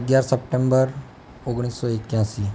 અગિયાર સપ્ટેમ્બર ઓગણીસસો એક્યાશી